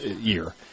year